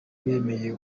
bemeye